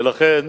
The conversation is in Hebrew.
ולכן,